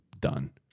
done